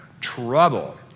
trouble